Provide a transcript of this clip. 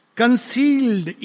concealed